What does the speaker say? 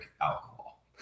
alcohol